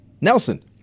Nelson